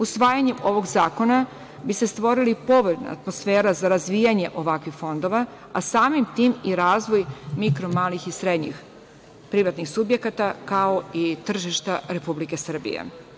Usvajanjem ovog zakona bi se stvorila povoljna atmosfera za razvijanje ovakvih fondova, a samim tim i razvoj mikro, malih i srednjih privatnih subjekata, kao i tržišta Republike Srbije.